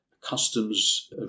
customs